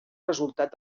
resultat